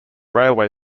railway